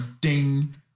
ding